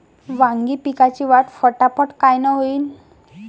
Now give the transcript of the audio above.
वांगी पिकाची वाढ फटाफट कायनं होईल?